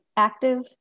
active